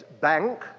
Bank